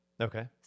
Okay